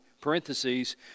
parentheses